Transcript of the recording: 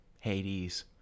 Hades